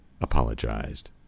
apologized